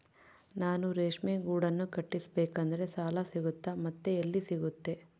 ನಾನು ರೇಷ್ಮೆ ಗೂಡನ್ನು ಕಟ್ಟಿಸ್ಬೇಕಂದ್ರೆ ಸಾಲ ಸಿಗುತ್ತಾ ಮತ್ತೆ ಎಲ್ಲಿ ಸಿಗುತ್ತೆ?